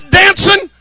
dancing